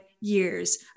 years